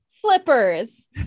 flippers